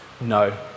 No